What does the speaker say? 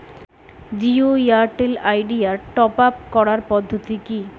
Jio Airtel Idea top up করার পদ্ধতি কি?